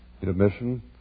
intermission